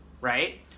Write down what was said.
right